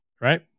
right